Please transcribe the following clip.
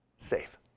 safe